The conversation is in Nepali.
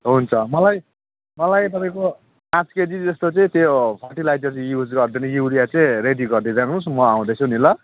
हुन्छ मलाई मलाई तपाईँको पाँच केजी जस्तो चाहिँ त्यो फर्टिलाइजर युज गरिदिनु युरिया चाहिँ रेडी गरिदिइ राख्नुहोस् म आउँदैछु नि ल